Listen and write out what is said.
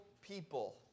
people